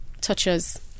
touches